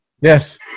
Yes